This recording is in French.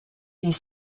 est